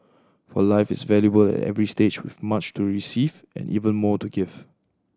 for life is valuable at every stage with much to receive and even more to give